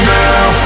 now